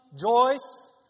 Joyce